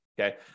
okay